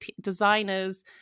designers